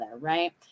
right